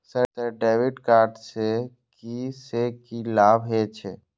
Sir debit card से की से की लाभ हे छे?